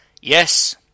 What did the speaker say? Yes